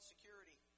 security